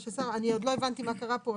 עוד לא הבנתי מה קרה פה,